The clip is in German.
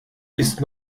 ist